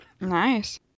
Nice